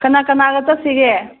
ꯀꯅꯥ ꯀꯅꯥꯒ ꯆꯠꯁꯤꯒꯦ